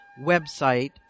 website